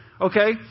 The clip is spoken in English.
Okay